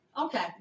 Okay